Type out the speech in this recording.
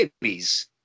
babies